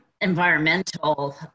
environmental